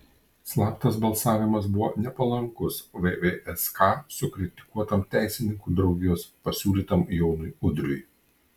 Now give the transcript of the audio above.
slaptas balsavimas buvo nepalankus vvsk sukritikuotam teisininkų draugijos pasiūlytam jonui udriui